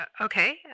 Okay